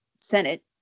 Senate